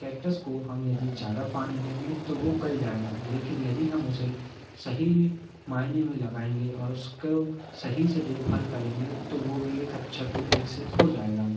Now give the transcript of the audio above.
cactus को हम यदि ज्यादा पानी देंगे तो वो गल जाएगा लेकिन यदि हम उसे सही मायने में लगाएँगे और उसको सही से देखभाल करेंगे तो वो भी एक अच्छा पेड़ विकसित हो जाएगा